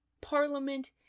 Parliament